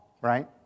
right